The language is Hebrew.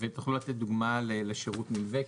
ותוכלו לתת דוגמא לשירות נלווה?